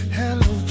hello